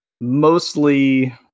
mostly